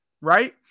right